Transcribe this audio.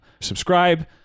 subscribe